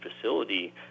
facility